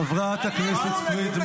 חברת הכנסת פרידמן.